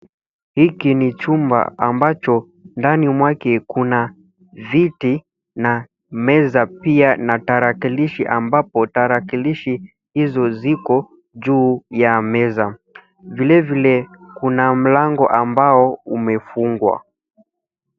Hiki ni chumba ambacho ndani mwake kuna viti na meza, pia na tarakilishi ambapo tarakilishi hizo ziko juu ya meza. Vilevile kuna mlango ambao umefungwa.